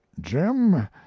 Jim